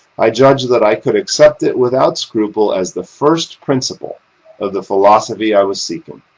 i judged that i could accept it without scruple as the first principle of the philosophy i was seeking.